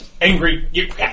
angry